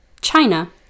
China